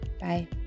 bye